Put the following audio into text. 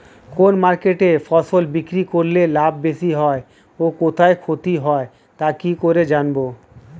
কোন মার্কেটে ফসল বিক্রি করলে লাভ বেশি হয় ও কোথায় ক্ষতি হয় তা কি করে জানবো?